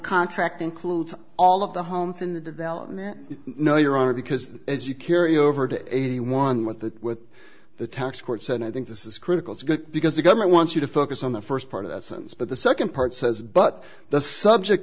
contract includes all of the homes in the development no your honor because as you curio over to eighty one with the with the tax court said i think this is critical to good because the government wants you to focus on the first part of that sentence but the second part says but the subject